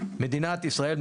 מדינת ישראל,